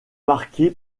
marqué